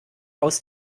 aus